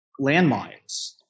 landmines